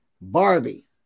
Barbie